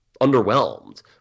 underwhelmed